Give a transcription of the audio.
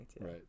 Right